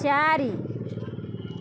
चारि